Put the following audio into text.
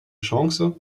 chance